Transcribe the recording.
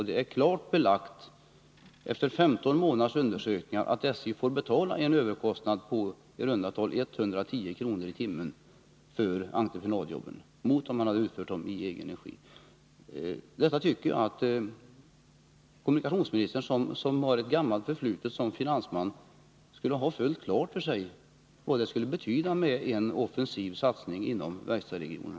Det är klart belagt efter 15 månaders undersökningar att SJ får betala en överkostnad på i runt tal 110 kr. i timmen för entreprenadjobben mot om arbetena hade utförts i egen regi. Jag tycker att kommunikationsministern, som har ett gammalt förflutet som finansman, skulle ha klart för sig vad det skulle betyda med en offensiv satsning inom verkstadsregionen.